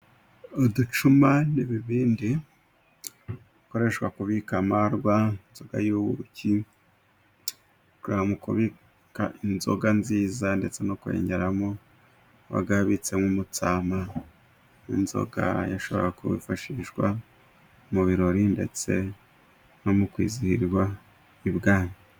Uducuma n'ibibindi bikoreshwa kubika amarwa, inzoga y'ubuki, bikora mu kubika inzoga nziza, ndetse no kwengeramo. Uwabaga yabitsemo umutsama w'inzoga yashoboraga kwifashishwa mu birori ndetse no mu kwizihirwa ibwami.